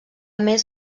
més